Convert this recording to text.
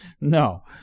No